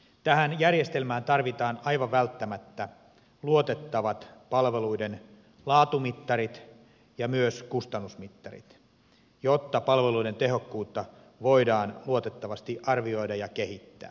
tähän järjestelmään tarvitaan aivan välttämättä luotettavat palveluiden laatumittarit ja myös kustannusmittarit jotta palveluiden tehokkuutta voidaan luotettavasti arvioida ja kehittää